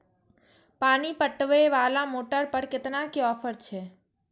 पानी पटवेवाला मोटर पर केतना के ऑफर छे?